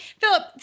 Philip